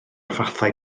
fathau